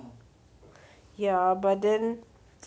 ya but then